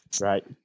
right